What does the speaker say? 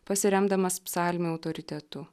pasiremdamas psalmių autoritetu